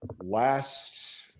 Last